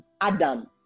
Adam